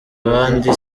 abandi